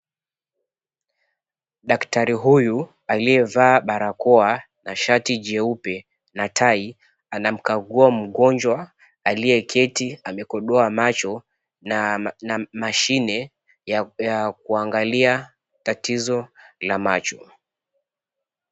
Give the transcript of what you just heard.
Daktari huyu aliyevaa barakoa na shati jeupe na tai, anamkagua mgonjwa aliyeketi amekodoa macho na mashine ya kuangalia tatizo la macho.